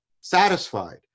satisfied